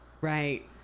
right